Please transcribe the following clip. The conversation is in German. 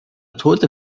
tote